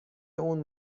اون